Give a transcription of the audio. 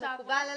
מקובל עלינו.